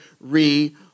re